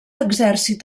exèrcit